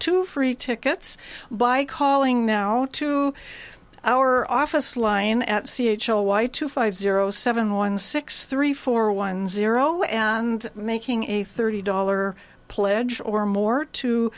two free tickets by calling now to our office line at c h l y two five zero seven one six three four one zero and making a thirty dollar pledge or more to